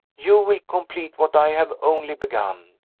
you will complete what i have only begun.